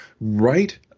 Right